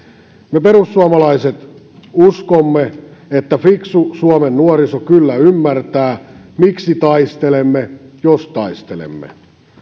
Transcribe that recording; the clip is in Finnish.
me perussuomalaiset uskomme että fiksu suomen nuoriso kyllä ymmärtää miksi taistelemme jos taistelemme